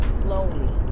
slowly